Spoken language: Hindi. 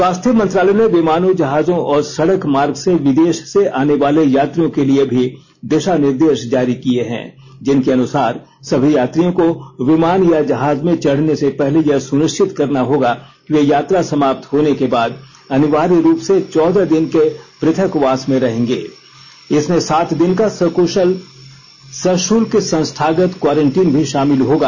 स्वास्थ्य मंत्रालय ने विमानों जहाजों और सड़क मार्ग से विदेश से आने वाले यात्रियों के लिए भी दिशा निर्देश जारी किए हैं जिनके अनुसार सभी यात्रियों को विमान या जहाज में चढने से पहले यह सुनिश्चित करना होगा कि वे यात्रा समाप्त होने के बाद अनिवार्य रूप से चौदह दिन के पृथकवास में रहेंगे इसमें सात दिन का सशुल्क संस्थागत क्वारंटीन भी शामिल होगा